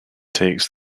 takes